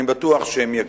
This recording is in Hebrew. אני בטוח שהם יגיעו.